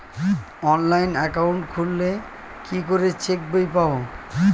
Online account খুললে কি করে চেক বই পাব?